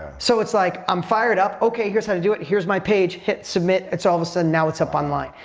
so it's like, i'm fired up, okay here's how to do it, here's my page, hit submit. it's all of a sudden, now it's up online.